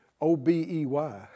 O-B-E-Y